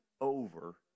over